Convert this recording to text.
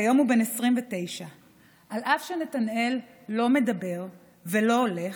כיום הוא בן 29. אף שנתנאל לא מדבר ולא הולך,